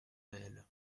réel